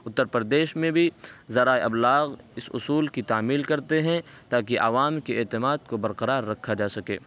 اتر پردیش میں بھی ذرائع ابلاغ اس اصول کی تعمیل کرتے ہیں تاکہ عوام کے اعتماد کو برقرار رکھا جا سکے